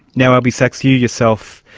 now albie sachs, you yourself,